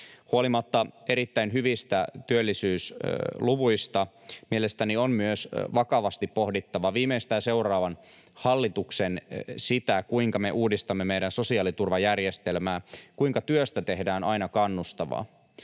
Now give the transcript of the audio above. Huolimatta erittäin hyvistä työllisyysluvuista mielestäni on myös vakavasti pohdittava viimeistään seuraavan hallituksen sitä, kuinka me uudistamme meidän sosiaaliturvajärjestelmäämme, kuinka työstä tehdään aina kannustavaa.